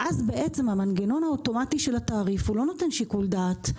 המנגנון האוטומטי של התעריף לא נותן שיקול דעת,